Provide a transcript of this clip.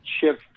shift